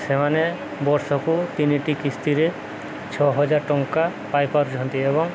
ସେମାନେ ବର୍ଷକୁ ତିନିଟି କିସ୍ତିରେ ଛଅହଜାର ଟଙ୍କା ପାଇପାରୁଛନ୍ତି ଏବଂ